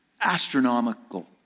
astronomical